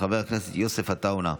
חבר הכנסת יוסף עטאונה,